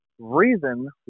reason